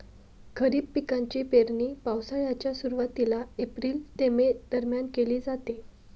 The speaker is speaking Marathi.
खरीप पिकांची पेरणी पावसाळ्याच्या सुरुवातीला एप्रिल ते मे दरम्यान केली जाते